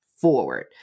forward